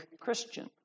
Christian